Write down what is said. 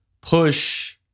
push